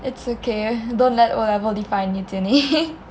it's okay don't let o level define you Jian-Ning